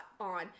on